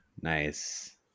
nice